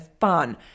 fun